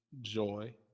Joy